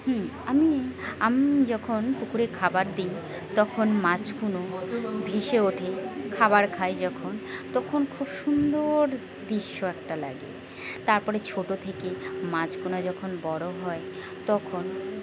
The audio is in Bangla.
আমি আমি যখন পুকুরে খাবার দিই তখন মাছগুলো ভেসে ওঠে খাবার খায় যখন তখন খুব সুন্দর দৃশ্য একটা লাগে তার পরে ছোট থেকে মাছগুলো যখন বড় হয় তখন